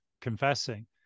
confessing